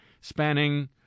spanning